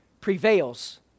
prevails